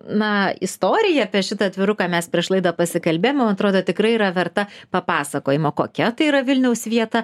na istorija apie šitą atviruką mes prieš laidą pasikalbėjome man atrodo tikrai yra verta papasakojimo kokia tai yra vilniaus vieta